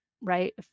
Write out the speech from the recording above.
right